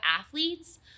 athletes